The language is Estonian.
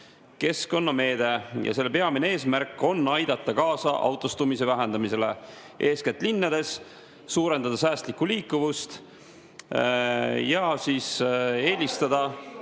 keskkonnameede ja selle peamised eesmärgid on aidata kaasa autostumise vähendamisele eeskätt linnades, suurendada säästlikku liikuvust ja soodustada